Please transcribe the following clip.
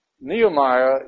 Nehemiah